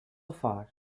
far